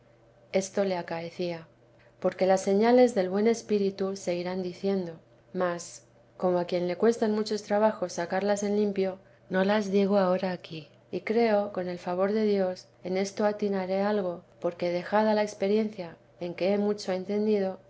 esto le acaecía porque las señales del buen espíritu se irán diciendo mas como a quien le cuestan muchos trabajos sacarlas en limpio no las digo ahora aquí y creo con el favor de dios en esto atinaré algo porque dejada la experiencia en que he mucho entendido